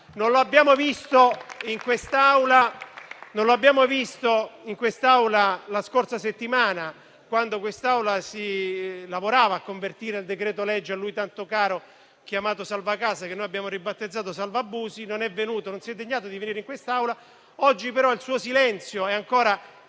Non lo abbiamo visto in quest'Aula la scorsa settimana, quando lavoravano per convertire il decreto-legge a lui tanto caro, chiamato salva casa, che noi abbiamo ribattezzato salva abusi. Allora non si è degnato di venire in quest'Aula. Oggi, però, il suo silenzio è ancora